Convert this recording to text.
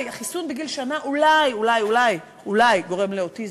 החיסון בגיל שנה אולי אולי אול אולי גורם לאוטיזם,